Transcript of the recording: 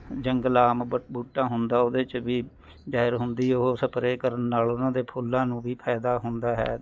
ਜੰਗਲਾਮ ਬ ਬੂਟਾ ਹੁੰਦਾ ਉਹਦੇ 'ਚ ਵੀ ਜ਼ਹਿਰ ਹੁੰਦੀ ਉਹ ਸਪਰੇਅ ਕਰਨ ਨਾਲ ਉਹਨਾਂ ਦੇ ਫੁੱਲਾਂ ਨੂੰ ਵੀ ਫਾਇਦਾ ਹੁੰਦਾ ਹੈ